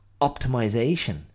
optimization